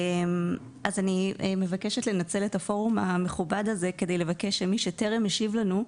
אז אני מבקשת לנצל את הפורום המכובד הזה כדי לבקש שמי שטרם השיב לנו,